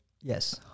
Yes